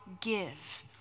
give